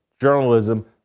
journalism